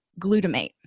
glutamate